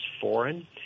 foreign